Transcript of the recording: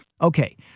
Okay